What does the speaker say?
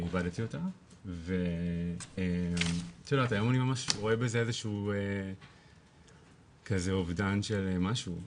איבדתי אותה ואני ממש רואה בזה איזשהו כזה אובדן של משהו,